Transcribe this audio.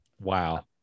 Wow